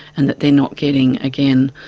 and that they're not getting, again,